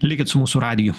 likit su mūsų radiju